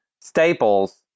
staples